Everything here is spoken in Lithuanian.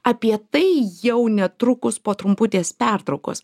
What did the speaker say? apie tai jau netrukus po trumputės pertraukos